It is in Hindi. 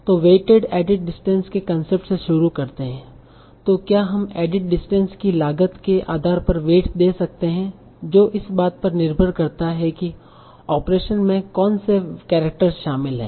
तो वेइटेड एडिट डिस्टेंस के कंसेप्ट से शुरू करते है तो क्या हम एडिट डिस्टेंस की लागत के आधार पर वेट दे सकते हैं जो इस बात पर निर्भर करता है कि ऑपरेशन में कौन से कैरेक्टर शामिल हैं